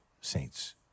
saints